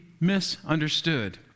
misunderstood